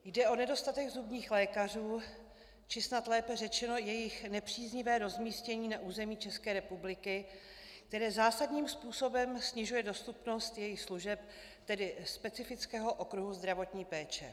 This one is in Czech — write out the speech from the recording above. Jde o nedostatek zubních lékařů, či snad lépe řečeno jejich nepříznivé rozmístění na území České republiky, které zásadním způsobem snižuje dostupnost jejich služeb, tedy specifického okruhu zdravotní péče.